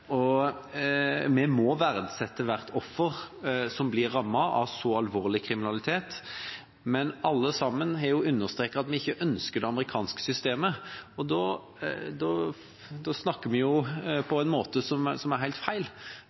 strafferabatt. Vi må verdsette hvert offer som blir rammet av så alvorlig kriminalitet, men alle har jo understreket at vi ikke ønsker det amerikanske systemet, og da snakker vi på en måte som er helt feil.